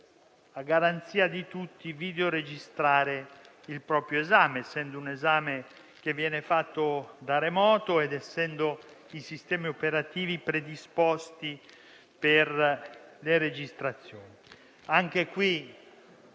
a garanzia di tutti - di videoregistrare il proprio esame, essendo un esame che viene fatto da remoto ed essendo i sistemi operativi predisposti per le registrazioni. Anche in